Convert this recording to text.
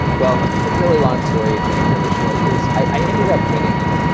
well, the really long story made really short is i ended up winning it.